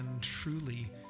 truly